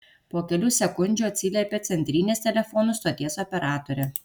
po kelių sekundžių atsiliepė centrinės telefonų stoties operatorė